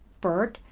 bert,